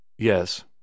Yes